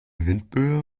windböe